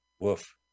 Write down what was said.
woof